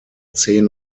zehn